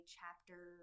chapter